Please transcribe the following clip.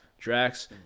Drax